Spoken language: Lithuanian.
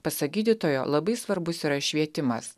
pasak gydytojo labai svarbus yra švietimas